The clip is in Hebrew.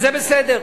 וזה בסדר,